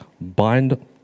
Bind